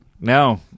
No